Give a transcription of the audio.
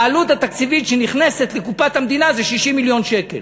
העלות התקציבית שנכנסת לקופת המדינה זה 60 מיליון שקל.